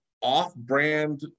off-brand